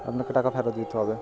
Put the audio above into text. আপনাকে টাকা ফেরত দিতে হবে